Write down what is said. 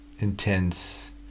intense